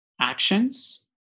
actions